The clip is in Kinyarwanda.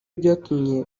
byatumye